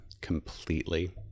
completely